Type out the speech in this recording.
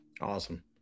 Awesome